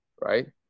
right